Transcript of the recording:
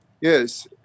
yes